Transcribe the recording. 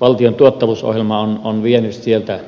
valtion tuottavuusohjelma on vienyt sieltä